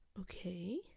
okay